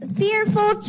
fearful